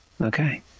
Okay